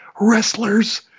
wrestlers